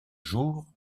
jour